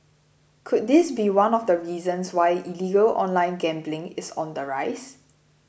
could this be one of the reasons why illegal online gambling is on the rise